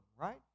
right